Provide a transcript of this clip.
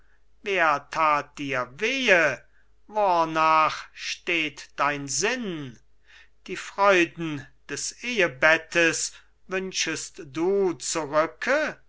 wer that dir wehe wornach steht dein sinn die freuden des ehebettes wünschest du zurücke